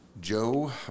Joe